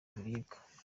ibiribwa